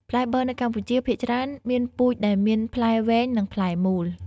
ផ្លែប័រនៅកម្ពុជា ភាគច្រើនមានពូជដែលមានផ្លែវែង និងផ្លែមូល។